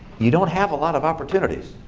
you don't have a lot of opportunities.